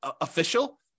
official